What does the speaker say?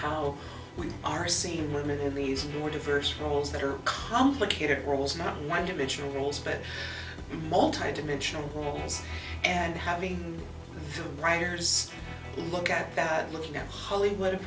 how we are seeing women in these more diverse roles that are complicated roles not one dimensional roles but multi dimensional homes and having writers look at that looking at hollywood